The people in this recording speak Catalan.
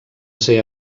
ser